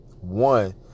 One